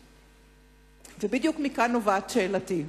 ובדיוק מכאן נובעת שאלתי: